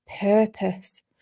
purpose